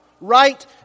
right